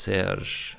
Serge